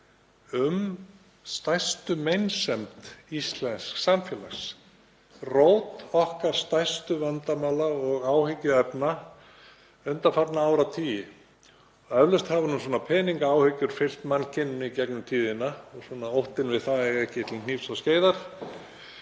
um stærstu meinsemd íslensks samfélags, rót okkar stærstu vandamála og áhyggjuefna undanfarna áratugi. Eflaust hafa peningaáhyggjur fylgt mannkyninu í gegnum tíðina og óttinn við að eiga ekki til hnífs og skeiðar,